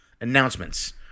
announcements